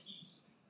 peace